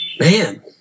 Man